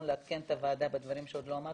לעדכן את הוועדה בדברים שעוד לא אמרת,